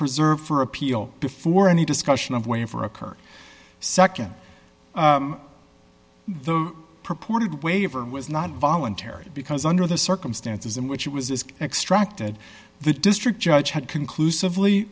preserved for appeal before any discussion of waiting for occurred nd the purported waiver was not voluntary because under the circumstances in which it was is extracted the district judge had conclusively